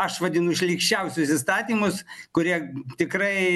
aš vadinu šlykščiausius įstatymus kurie tikrai